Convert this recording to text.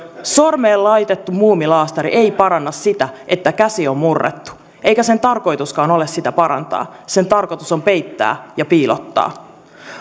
sormeen laitettu muumilaastari ei paranna sitä että käsi on murrettu eikä sen tarkoituskaan ole sitä parantaa sen tarkoitus on peittää ja piilottaa